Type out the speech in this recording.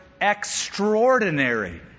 extraordinary